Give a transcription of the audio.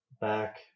back